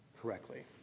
correctly